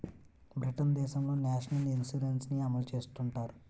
Britain దేశంలో national insurance ని అమలు చేస్తుంటారు